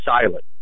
silent